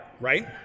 right